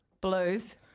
Blues